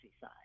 side